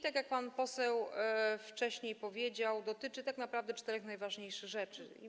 Tak jak pan poseł wcześniej powiedział, dotyczy on tak naprawdę czterech najważniejszych rzeczy.